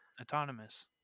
autonomous